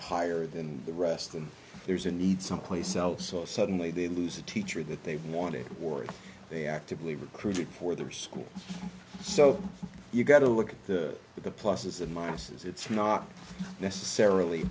higher than the rest and there's a need someplace else or suddenly they lose a teacher that they want to or they actively recruit for their school so you've got to look at the pluses and minuses it's not necessarily